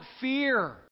fear